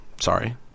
sorry